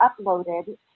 uploaded